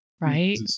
right